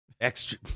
extra